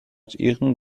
ihren